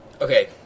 Okay